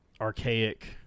archaic